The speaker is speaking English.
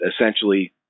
essentially